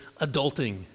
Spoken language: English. adulting